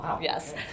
Yes